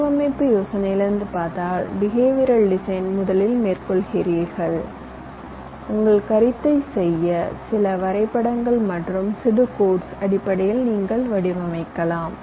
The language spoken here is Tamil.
வடிவமைப்பு யோசனையிலிருந்து பார்த்தால் பிஹேவியர் டிசைனை முதலில் மேற்கொள்கிறீர்கள் உங்கள் கருத்தை செய்ய வரைபடங்கள் மற்றும் சிடுகோட்ஸ் அடிப்படையில் நீங்கள் வடிவமைக்கலாம்